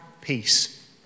peace